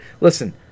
Listen